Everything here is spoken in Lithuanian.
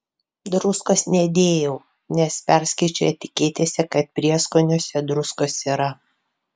druskos nedėjau nes perskaičiau etiketėse kad prieskoniuose druskos yra